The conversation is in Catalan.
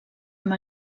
amb